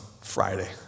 Friday